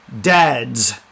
dads